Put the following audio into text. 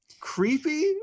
creepy